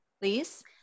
please